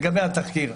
לגבי התחקיר,